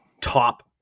top